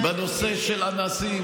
בנושא של אנסים.